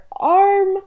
arm